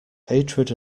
hatred